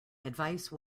advice